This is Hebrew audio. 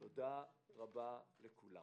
תודה רבה לכולם.